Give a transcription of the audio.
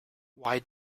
why